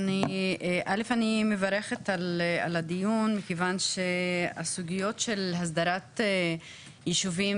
אני מברכת על הדיון כיוון שהסוגיות של הסדרת יישובים